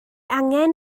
angen